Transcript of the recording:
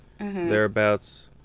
thereabouts